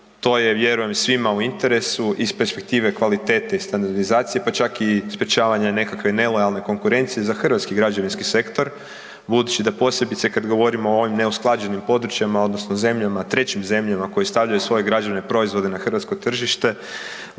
To je vjerujem svima u interesu, iz perspektive kvalitete i standardizacije, pa čak i sprječavanja nekakve nelojalne konkurencije za hrvatski građevinski sektor budući da posebice kad govorimo o ovim neusklađenim područjima odnosno zemljama, trećim zemljama koje stavljaju svoje građevne proizvode ha hrvatsko tržište,